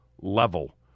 level